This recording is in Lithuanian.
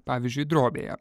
pavyzdžiui drobėje